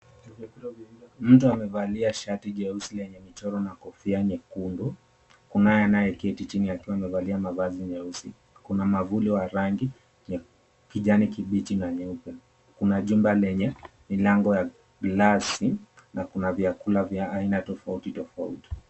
Mtu amevalia shati jeusi yenye michoro na kofia nyekundu. Kunaye anayeketi chini akiwa amevalia mavazi nyeusi. Kuna mwavuli wa rangi ya kijani kibichi na nyeupe. Kuna jumba lenye milango ya glasi na kuna vyakula vya aaina tofauti tofauti.